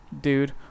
dude